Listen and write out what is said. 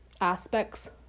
aspects